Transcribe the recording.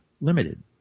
limited